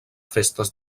festes